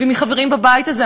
ומחברים בבית הזה,